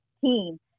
team